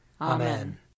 Amen